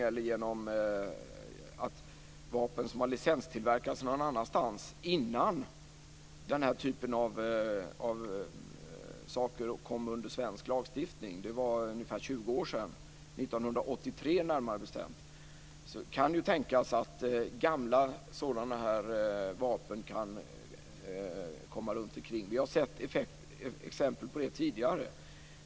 Det kan tänkas att vapen som har licenstillverkats någon annanstans innan dessa frågor reglerades i lag i Sverige - det var ungefär 20 år sedan eller närmare bestämt 1983 - har kommit bort. Vi har sett exempel på det tidigare.